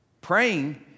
Praying